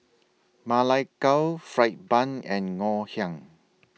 Ma Lai Gao Fried Bun and Ngoh Hiang